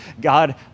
god